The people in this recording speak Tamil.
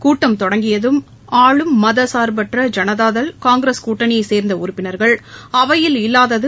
கூட்டம் தொடங்கியதும் ஆளும் மதசாள்பற்ற ஜனதாதள் காங்கிரஸ் கூட்டணியைச் சேர்ந்த உறுப்பினா்கள் அவையில் இல்லாததது